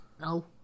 No